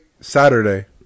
Saturday